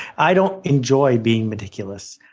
i don't enjoy being meticulous.